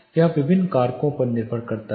यह विभिन्न कारकों पर निर्भर करता है